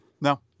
No